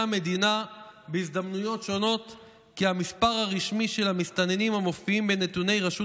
המדינה בהזדמנויות שונות כי המספר הרשמי של המסתננים המופיעים בנתוני רשות